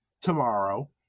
tomorrow